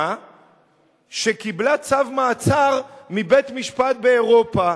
שקיבלה צו מעצר מבית-משפט באירופה,